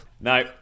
No